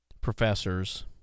professors